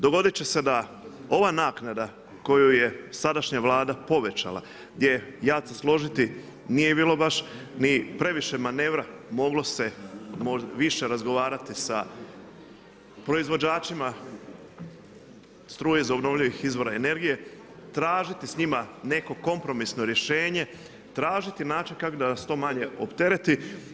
Dogoditi će se da ova naknada koju je sadašnja Vlada povećala, gdje je ja ću se složiti nije bilo baš ni previše manerva, moglo se više razgovarati sa proizvođačima struje iz obnovljivih izvora energije, tražiti s njima neko kompromisno rješenje, tražiti način kako da nas to manje optereti.